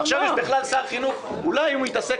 ועכשיו יש בכלל שר חינוך אולי אילו הוא היה מתעסק